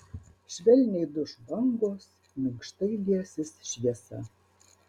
švelniai duš bangos minkštai liesis šviesa